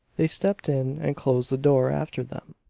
they stepped in and closed the door after them,